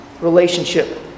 relationship